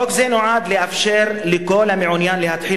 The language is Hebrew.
חוק זה נועד לאפשר לכל המעוניין להתחיל